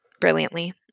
brilliantly